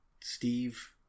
Steve